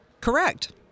Correct